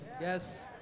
Yes